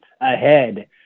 ahead